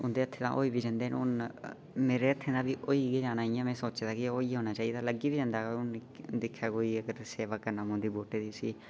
औंदे हत्थें दा होई बी जंदे हुन मेरे हत्थें दा बी होई के जाना इयां मैं सोचे दा की होई जाना चाइदा लग्गी बी जंदा अगर कोई दिक्खे कोई जेकर सेवा करना पौंदी बूह्टे दी